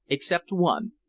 except one.